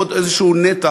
עוד איזשהו נתח,